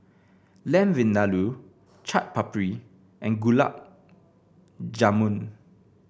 Lamb Vindaloo Chaat Papri and Gulab Jamun